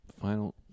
Final